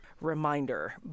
reminder